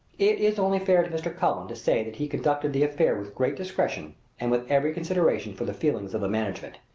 it is only fair to mr. cullen to say that he conducted the affair with great discretion and with every consideration for the feelings of the management.